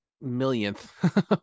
millionth